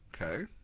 okay